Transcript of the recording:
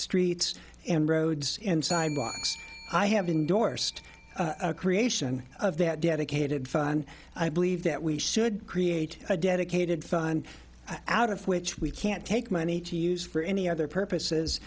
streets and roads and sidewalks i have endorsed a creation of that dedicated fan i believe that we should create a dedicated fun out of which we can't take money to use for any other purposes